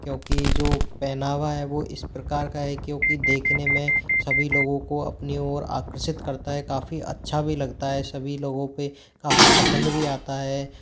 क्योंकि जो पहनावा है वो इस प्रकार का है क्योंकि देखने में सभी लोगों को अपनी ओर आकर्षित करता है काफ़ी अच्छा भी लगता है सभी लोगों पर काफ़ी पसंद भी आता है